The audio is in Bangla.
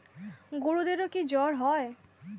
গরুদেরও কি জ্বর হয়?